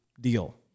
deal